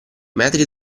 metri